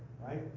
right